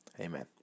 amen